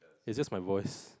it's just my voice